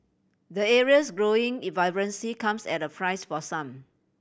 the area's growing vibrancy comes at a price for some